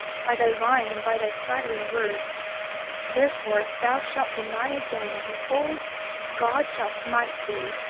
by thy lying and by thy flattering words therefore if thou shalt deny again, behold god shall smite thee,